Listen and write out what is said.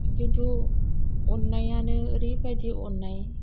खिन्थु अननायानो आरैबादि अननाय